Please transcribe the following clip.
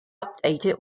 updated